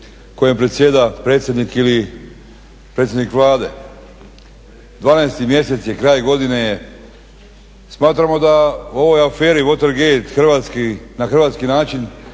kojim predsjeda predsjednik ili predsjednik Vlade, 12. Mjesec je, kraj godine je, smatramo da u ovoj aferi water gate hrvatski, na